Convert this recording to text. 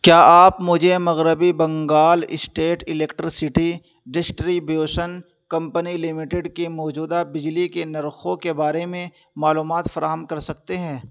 کیا آپ مجھے مغربی Bengal state electricity distribution company limited کے موجودہ بجلی کے نرخوں کے بارے میں معلومات فراہم کر سکتے ہیں